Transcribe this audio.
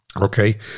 okay